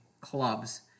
clubs